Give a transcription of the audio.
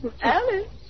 Alice